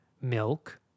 milk